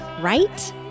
Right